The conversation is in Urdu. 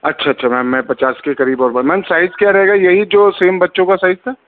اچھا اچھا میم میں پچاس کے قریب اور میم سائز کیا رہے گا یہی جو سیم بچوں کا سائز تھا